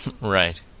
Right